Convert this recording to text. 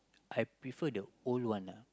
I prefer the old one ah